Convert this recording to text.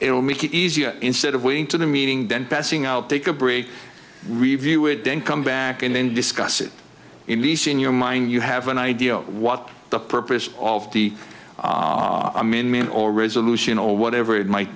will make it easier instead of waiting to the meeting then passing out take a break review it then come back and then discuss it at least in your mind you have an idea of what the purpose of the arm in main or resolution or whatever it might